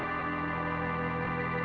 or